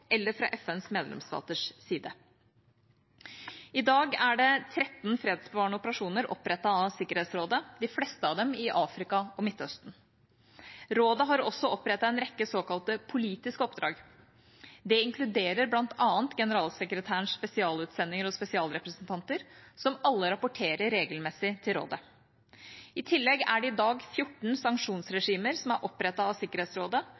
eller fra FNs medlemsstaters side. I dag er det tretten fredsbevarende operasjoner opprettet av Sikkerhetsrådet, de fleste av dem i Afrika og Midtøsten. Rådet har også opprettet en rekke såkalte politiske oppdrag. Det inkluderer bl.a. Generalsekretærens spesialutsendinger og spesialrepresentanter, som alle rapporterer regelmessig til rådet. I tillegg er det i dag 14 sanksjonsregimer som er opprettet av Sikkerhetsrådet,